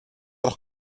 doch